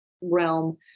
realm